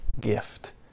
gift